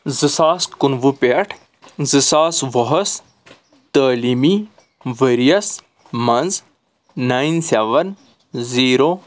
زٕ ساس کُنوُہ پٮ۪ٹھ زٕ ساس وُہَس تٔعلیٖمی ؤرۍ یَس منٛز نایِن سیٚوَن زیٖرو